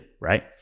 Right